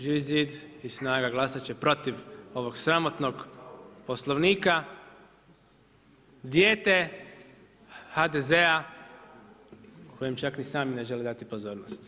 Živi zid i SNAGA glasat će protiv ovog sramotnog Poslovnika, dijete HDZ-a o kojem čak ni sami ne žele dati pozornost.